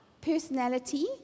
personality